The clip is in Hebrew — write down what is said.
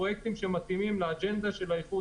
פרויקטים שמתאימים לאג'נדה של האיחוד